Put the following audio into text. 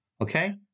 okay